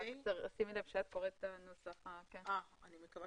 אני קוראת